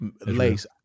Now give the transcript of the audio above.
Lace